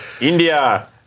India